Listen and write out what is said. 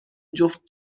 جفت